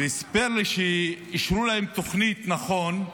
וסיפר לי שאישרו להם תוכנית, נכון,